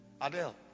Adele